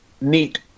Neat